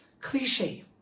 cliche